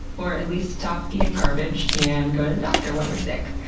or at least stop eating garbage and go to the doctor when we're sick.